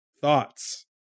thoughts